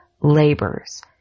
labors